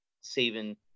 saving